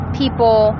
people